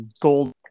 gold